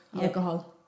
alcohol